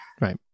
Right